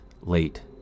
late